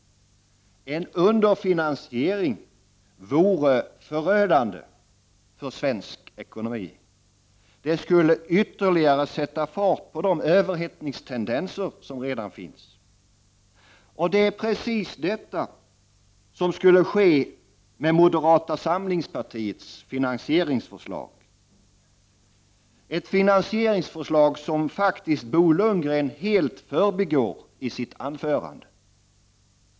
En underfinansiering vore förödande för svensk ekonomi. Det skulle ytterligare sätta fart på de överhettningstendenser som redan finns. Och det är precis detta som skulle ske med moderata samlingspartiets finansieringsförslag — ett förslag som Bo Lundgren faktiskt helt förbigick i sitt anförande.